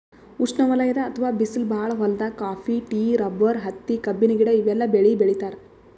ಉಷ್ಣವಲಯದ್ ಅಥವಾ ಬಿಸ್ಲ್ ಭಾಳ್ ಹೊಲ್ದಾಗ ಕಾಫಿ, ಟೀ, ರಬ್ಬರ್, ಹತ್ತಿ, ಕಬ್ಬಿನ ಗಿಡ ಇವೆಲ್ಲ ಬೆಳಿ ಬೆಳಿತಾರ್